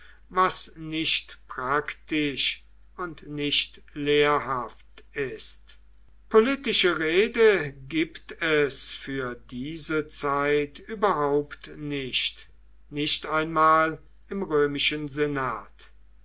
was nicht praktisch und nicht lehrhaft ist politische rede gibt es für diese zeit überhaupt nicht nicht einmal im römischen senat